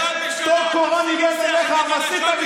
אתה, שאתה אומר שהצבא, שמאלני, עליך אני מדבר.